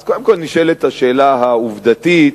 אז קודם כול נשאלת השאלה העובדתית